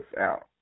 out